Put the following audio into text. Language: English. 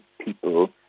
people